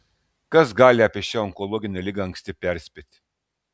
kas gali apie šią onkologinę ligą anksti perspėti